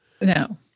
No